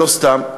ולא סתם,